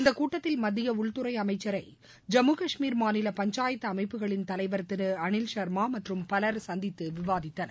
இந்தக் கூட்டத்தில் மத்திய உள்துறை அமைச்சரை ஜம்மு காஷ்மீர் மாநில பஞ்சாயத்து அமைப்புகளின் தலைவர் திரு அனில் சர்மா மற்றும் பலர் சந்தித்து விவாதித்தனர்